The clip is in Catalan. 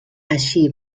així